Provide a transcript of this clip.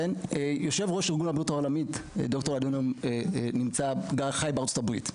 יושב-ראש ארגון הבריאות העולמי חי בארצות הברית.